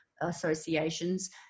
associations